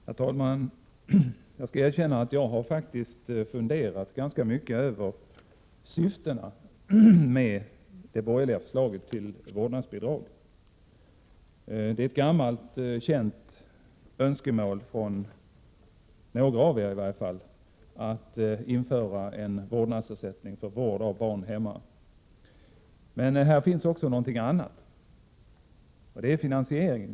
Herr talman! Jag skall erkänna att jag faktiskt har funderat ganska mycket över syftena med det borgerliga förslaget till vårdnadsbidrag. Det är ett gammalt känt önskemål från i varje fall några av de borgerliga partierna att införa en vårdnadsersättning för vård av barn hemma. Men i det här förslaget finns också någonting annat — jag tänker då på finansieringen.